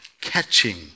catching